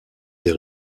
des